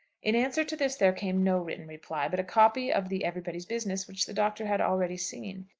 in answer to this there came no written reply, but a copy of the everybody's business which the doctor had already seen.